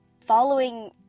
following